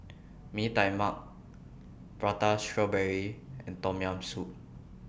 Mee Tai Mak Prata Strawberry and Tom Yam Soup